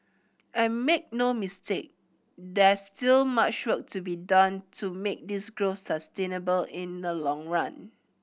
and make no mistake there's still much work to be done to make this growth sustainable in the long run